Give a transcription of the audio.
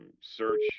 search